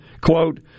Quote